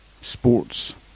sports